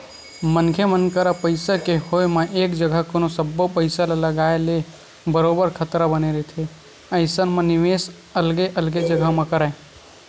मनखे मन करा पइसा के होय म एक जघा कोनो सब्बो पइसा ल लगाए ले बरोबर खतरा बने रहिथे अइसन म निवेस अलगे अलगे जघा म करय